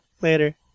Later